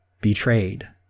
betrayed